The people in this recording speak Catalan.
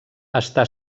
està